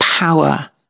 power